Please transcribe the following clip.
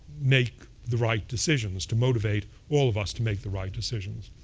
make the right decisions, to motivate all of us to make the right decisions?